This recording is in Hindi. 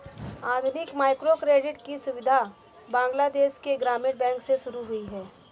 आधुनिक माइक्रोक्रेडिट की सुविधा बांग्लादेश के ग्रामीण बैंक से शुरू हुई है